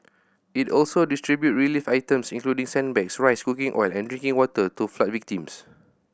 it also distributed relief items including sandbags rice cooking oil and drinking water to flood victims